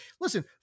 listen